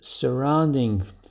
surrounding